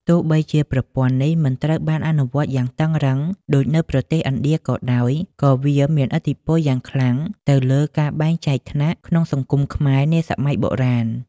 ទោះបីជាប្រព័ន្ធនេះមិនត្រូវបានអនុវត្តយ៉ាងតឹងរ៉ឹងដូចនៅប្រទេសឥណ្ឌាក៏ដោយ ក៏វាមានឥទ្ធិពលយ៉ាងខ្លាំងទៅលើការបែងចែកថ្នាក់ក្នុងសង្គមខ្មែរនាសម័យបុរាណ។